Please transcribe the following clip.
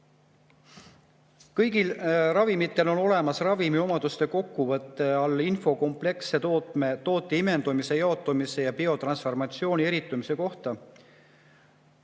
Kõigil ravimitel on olemas ravimi omaduste kokkuvõtte all info kompleksse toote imendumise, jaotumise, biotransformatsiooni ja eritumise kohta.